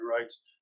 rights